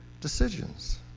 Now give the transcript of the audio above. decisions